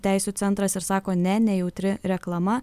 teisių centras ir sako ne nejautri reklama